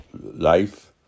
life